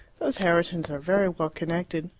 those herritons are very well connected.